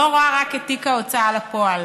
לא רואה רק את תיק ההוצאה לפועל,